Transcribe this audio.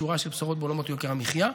שורה של בשורות בעולמות יוקר המחיה.